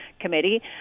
Committee